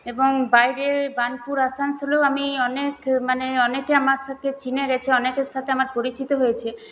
এবং বাইরে বার্নপুর আসানসোলেও আমি অনেক মানে অনেকে আমার সাথে চিনে গেছে অনেকের সাথে আমার পরিচিত হয়েছে